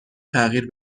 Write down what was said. تغییر